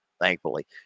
thankfully